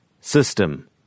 System